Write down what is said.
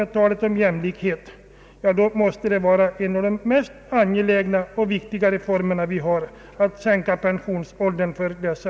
Det är en av de mest angelägna och viktiga reformer vi har att genomföra.